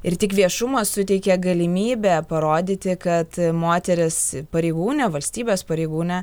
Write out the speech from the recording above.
ir tik viešumas suteikia galimybę parodyti kad moteris pareigūnė valstybės pareigūnė